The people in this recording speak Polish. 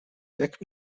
jak